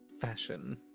fashion